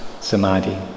samadhi